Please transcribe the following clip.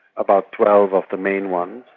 about twelve of the main ones.